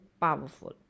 powerful